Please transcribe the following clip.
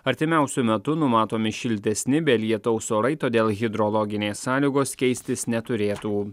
artimiausiu metu numatomi šiltesni be lietaus orai todėl hidrologinės sąlygos keistis neturėtų